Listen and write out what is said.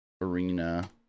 Arena